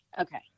okay